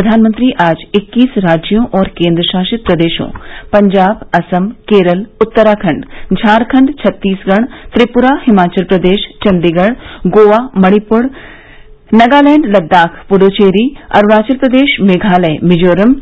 प्रधानमंत्री आज इक्कीस राज्यों और केन्द्रशासित प्रदेशों पंजाब असम केरल उत्तराखंड झारखंड छत्तीसगढ़ त्रिपुरा हिमाचल प्रदेश चंडीगढ़ गोआ मणिपुर नगालैंड लद्दाख पुदुचेरी अरुणाचल प्रदेश मेघालय मिजोरम